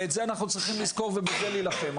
ואת זה אנחנו צריכים לזכור ובזה להילחם.